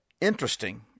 interesting